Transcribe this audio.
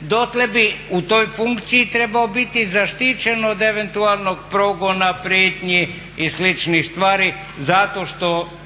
dotle bi u toj funkciji trebao biti zaštićen od eventualnog progona, prijetnji i sličnih stvari zato što